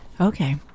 Okay